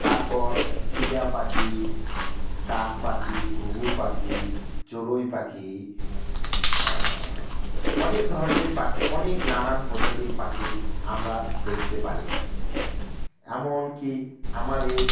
তারপর টিয়া পাখি কাক পাখি ঘুঘু পাখি চড়ুই পাখি অনেক ধরনের পাখি অনেক নানান প্রজাতির পাখি আমরা দেখতে পারি এমনকি আমাদের